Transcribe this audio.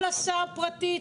כל הסעה פרטית?